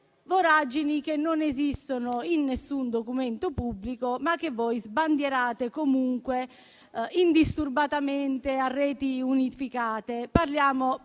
Stato, che non esistono in nessun documento pubblico, ma che voi sbandierate comunque indisturbati a reti unificate. Più che